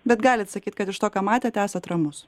bet galit sakyt kad iš to ką matėt esat ramus